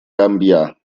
gambia